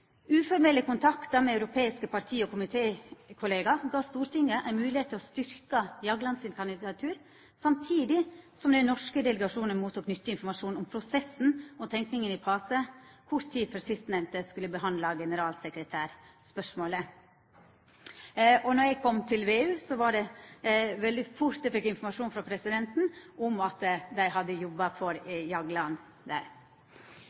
kontaktar med europeiske parti- og komitékollegaer gav Stortinget moglegheit til å styrkja Jaglands kandidatur, samtidig som den norske delegasjonen tok imot nyttig informasjon om prosessen og tenkinga i PACE kort tid før sistnemnde skulle behandla generalsekretærspørsmålet. Da eg kom til VEU, fekk eg veldig fort informasjon frå presidenten om at dei hadde jobba for Jagland der.